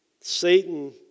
Satan